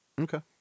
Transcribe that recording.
okay